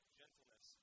gentleness